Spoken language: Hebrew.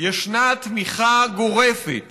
משעה שהן למעשה מחקו את האפשרות הזאת של ביקורת שיפוטית,